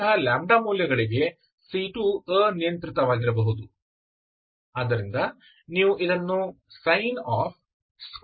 ಆದ್ದರಿಂದ ಅಂತಹ λ ಮೌಲ್ಯಗಳಿಗೆ c2 ಅನಿಯಂತ್ರಿತವಾಗಿರಬಹುದು